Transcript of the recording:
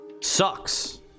sucks